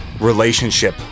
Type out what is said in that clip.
relationship